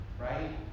Right